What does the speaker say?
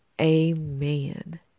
Amen